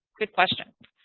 good question.